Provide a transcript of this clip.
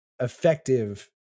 effective